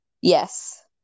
yes